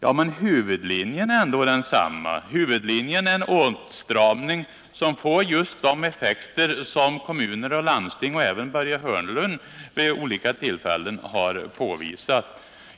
Ja, men huvudlinjen är ändå densamma — det är en åtstramning som får just de effekter som kommuner och landsting och även Börje Hörnlund vid olika tillfällen har påvisat.